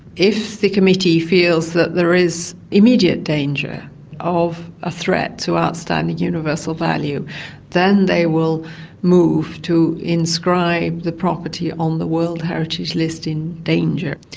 if the committee feels there is immediate danger of a threat to outstanding universal value then they will move to inscribe the property on the world heritage list in danger.